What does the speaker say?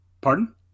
pardon